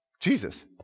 Jesus